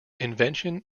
invention